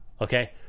Okay